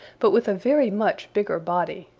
but with a very much bigger body.